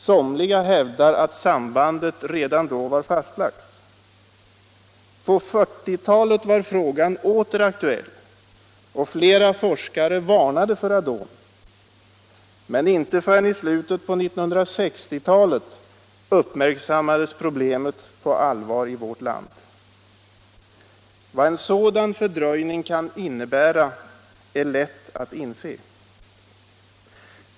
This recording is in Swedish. Somliga hävdar att sambandet redan då var fastlagt. På 1940-talet var frågan åter aktuell, och flera forskare varnade för radon. Men inte förrän i slutet av 1960-talet uppmärksammades problemet på allvar i vårt land. Vad en sådan fördröjning kan innebära är lätt att inse.